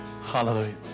Hallelujah